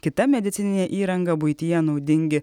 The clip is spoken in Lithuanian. kita medicininė įranga buityje naudingi